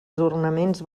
ornaments